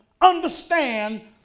understand